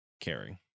caring